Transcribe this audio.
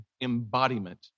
embodiment